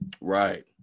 Right